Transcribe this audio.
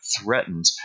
threatened